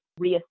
reassess